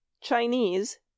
Chinese